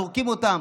זורקים אותם,